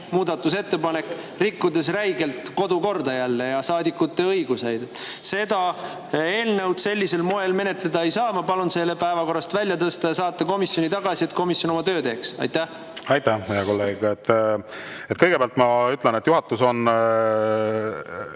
muudatusettepanek, rikkudes jälle räigelt kodukorda ja saadikute õigusi. Seda eelnõu sellisel moel menetleda ei saa. Ma palun selle päevakorrast välja tõsta ja saata komisjoni tagasi, et komisjon oma tööd teeks. Aitäh! Aitäh, hea kolleeg! Kõigepealt ma ütlen, et juhatus on